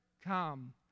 Come